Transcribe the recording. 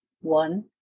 One